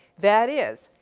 that is,